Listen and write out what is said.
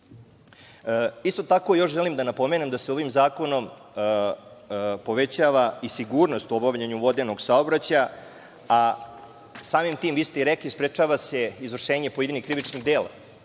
tako, još želim da napomenem da se ovim zakonom povećava i sigurnost u obavljanju vodenog saobraćaja, a samim tim, vi ste i rekli, sprečava se izvršenje pojedinih krivičnih dela,